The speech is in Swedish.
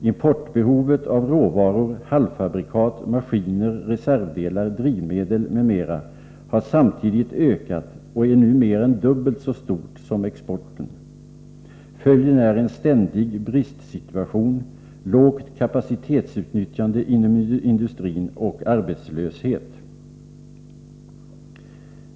Importbehovet av råvaror, halvfabrikat, maskiner, reservdelar, drivmedel m.m. har samtidigt ökat och är nu mer än dubbelt så stort som exporten. Följden är en ständig bristsituation och lågt kapacitetsutnyttjande inom industrin och arbetslöshet.